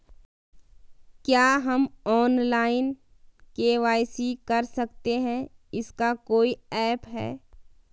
क्या हम online KYC कर सकते हैं इसका कोई ऐप है?